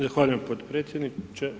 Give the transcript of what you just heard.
Zahvaljujem potpredsjedniče.